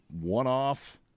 one-off